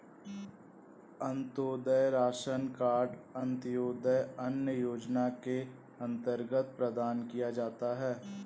Antyodaya ration card अंत्योदय अन्न योजना के अंतर्गत प्रदान किया जाता है